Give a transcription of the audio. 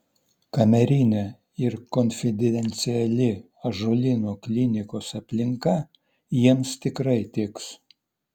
kamerinė ir konfidenciali ąžuolyno klinikos aplinka jiems tikrai tiks